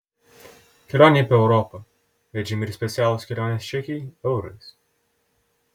kelionei po europą leidžiami ir specialūs kelionės čekiai eurais